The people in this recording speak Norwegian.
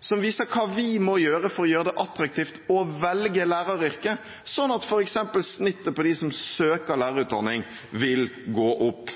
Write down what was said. som viser hva vi må gjøre for å gjøre det attraktivt å velge læreryrket, slik at f.eks. snittet hos dem som søker på lærerutdanning, vil gå opp.